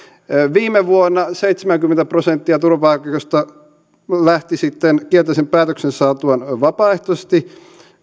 viime vuonna seitsemänkymmentä prosenttia turvapaikanhakijoista lähti kielteisen päätöksen saatuaan vapaaehtoisesti